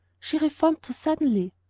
she reformed too suddenly.